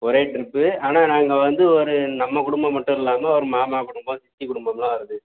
ஒரே ட்ரிப்பு ஆனால் நாங்கள் வந்து ஒரு நம்ம குடும்பம் மட்டும் இல்லாமல் ஒரு மாமா குடும்பம் சித்தி குடும்பம்லாம் வருது